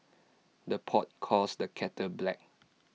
the pot calls the kettle black